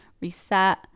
reset